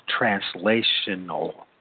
translational